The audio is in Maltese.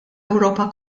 ewropa